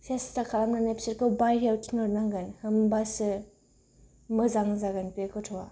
सेसता खालामनानै बिसोरखौ बायहेरायाव थिनहरनांगोन होमब्लासो मोजां जागोन बे गथ'आ